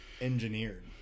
engineered